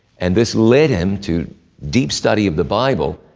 and this led him to deep study of the bible,